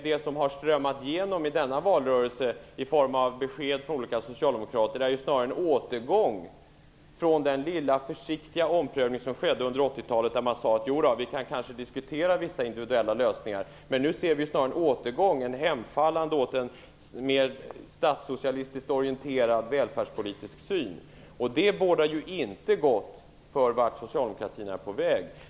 Det som har genomströmmat denna valrörelse i form av besked från olika socialdemokrater är snarare en återgång från den lilla försiktiga omprövning som skedde under 80-talet, då man faktiskt sade att man kunde diskutera vissa individuella lösningar, till ett hemfallande åt en mer statssocialistiskt orienterad välfärdspolitisk syn. Det bådar inte gott för vart socialdemokratin är på väg.